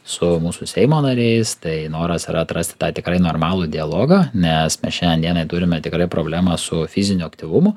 su mūsų seimo nariais tai noras yra atrasti tą tikrai normalų dialogą nes šiandien dienai turime tikrai problemą su fiziniu aktyvumu